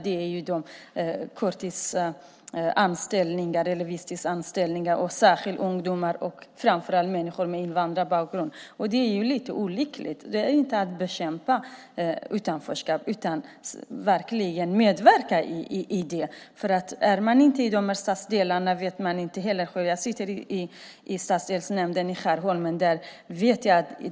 Det är korttidsanställda och visstidsanställda, särskilt ungdomar och framför allt människor med invandrarbakgrund. Det är lite olyckligt. Det är inte att bekämpa utanförskapet utan att verkligen medverka till det. Är man inte i de här stadsdelarna vet man inte heller hur det är. Jag sitter i stadsdelsnämnden i Skärholmen. Jag vet.